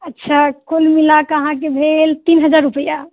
अच्छा कुल मिलाक अहाँके भेल तीन हजार रूपैआ